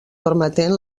permetent